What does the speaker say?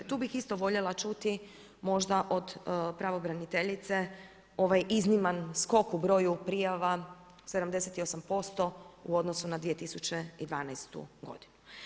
Tu bih isto voljela čuti možda od pravobraniteljice ovaj izniman skok u broju prijava 78% u odnosu na 2012. godinu.